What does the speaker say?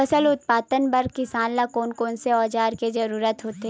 फसल उत्पादन बर किसान ला कोन कोन औजार के जरूरत होथे?